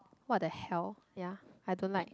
what the hell ya I don't like